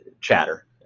chatter